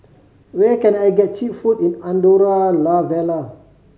where can I get cheap food in Andorra La Vella